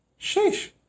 Sheesh